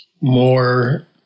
more